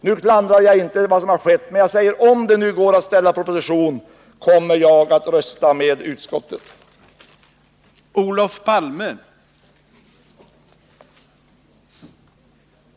Jag klandrar inte vad som har skett, men om det går att ställa proposition kommer jag att rösta med utskottsmajoriteten.